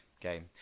game